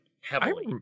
heavily